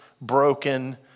broken